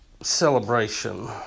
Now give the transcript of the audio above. celebration